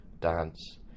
dance